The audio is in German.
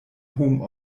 home